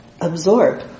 absorb